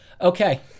Okay